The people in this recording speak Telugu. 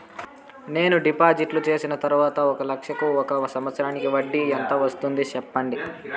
నేను డిపాజిట్లు చేసిన తర్వాత ఒక లక్ష కు ఒక సంవత్సరానికి వడ్డీ ఎంత వస్తుంది? సెప్పండి?